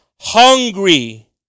hungry